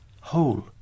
whole